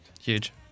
Huge